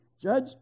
Judge